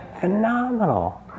Phenomenal